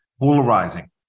polarizing